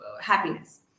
happiness